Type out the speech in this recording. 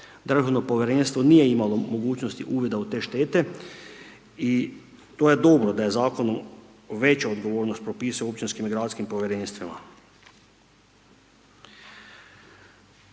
državno povjerenstvo nije imalo mogućnosti uvida u te štete i to je dobro da se zakonom veća odgovornost propisuje općinskim i gradskim povjerenstvima.